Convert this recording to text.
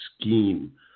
scheme